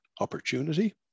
opportunity